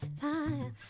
time